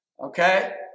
okay